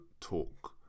talk